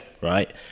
right